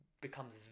Becomes